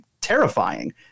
terrifying